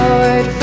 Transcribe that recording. Lord